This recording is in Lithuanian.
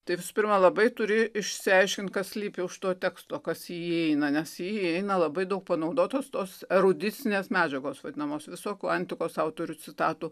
tai visų pirma labai turi išsiaiškinti kas slypi už to teksto kas į jį įeina nes į jį įeina labai daug panaudotos tos erudicinės medžiagos vadinamos visokių antikos autorių citatų